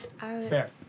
Fair